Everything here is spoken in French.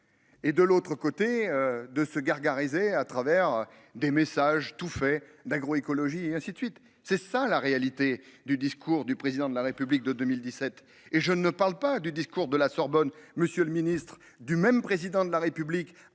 Et de l'autre côté de se gargariser à travers des messages tout fait d'agroécologie ainsi de suite. C'est ça la réalité du discours du président de la République de 2017 et je ne parle pas du discours de la Sorbonne. Monsieur le Ministre du même président de la République